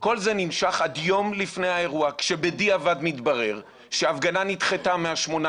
כל זה נמשך עד יום לפני האירוע כשבדיעבד מתברר שההפגנה נדחתה מה-18